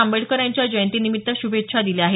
आंबेडकर यांच्या जयंती निमित्त श्भेच्छा दिल्या आहेत